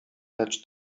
lecz